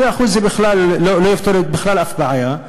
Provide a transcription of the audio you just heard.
2% בכלל לא יפתרו אף בעיה,